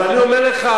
אבל אני אומר לך,